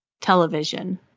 television